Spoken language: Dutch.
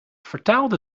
vertaalde